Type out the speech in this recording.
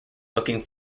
looking